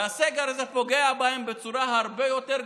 והסגר הזה פוגע בהם בצורה הרבה יותר גדולה.